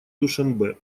душанбе